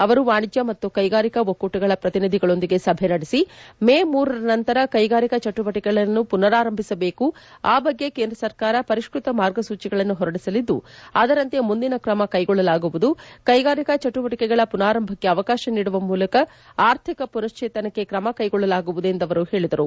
ಅವರು ವಾಣಿಜ್ಯ ಮತ್ತು ಕೈಗಾರಿಕಾ ಒಕ್ಕೂಟಗಳ ಪ್ರತಿನಿಧಿಗಳೊಂದಿಗೆ ಸಭೆ ನಡೆಸಿ ಮೇ ಇರ ನಂತರ ಕೈಗಾರಿಕಾ ಚಟುವಟಿಕೆಗಳನ್ನು ಪುನಾರಾಂಭಿಸಬೇಕು ಆ ಬಗ್ಗೆ ಕೇಂದ್ರ ಸರ್ಕಾರ ಪರಿಷ್ಕೃತ ಮಾರ್ಗ ಸೂಚಿಗಳನ್ನು ಹೊರದಿಸಲಿದ್ದು ಅದರಂತೆ ಮುಂದಿನ ಕ್ರಮ ಕೈಗೊಳ್ಳಲಾಗುವುದು ಕೈಗಾರಿಕಾ ಚಟುವಟಿಕೆಗಳ ಪುನಾರಾಂಭಕ್ಕೆ ಅವಕಾಶ ನೀಡುವ ಮೂಲಕ ಆರ್ಥಿಕ ಪುನಃಶ್ವೇತನಕ್ಕೆ ಕ್ರಮಗಳನ್ನು ಕ್ವೆಗೊಳ್ಳಲಾಗುವುದು ಎಂದು ಅವರು ಹೇಳಿದರು